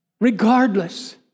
regardless